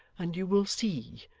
and you will see,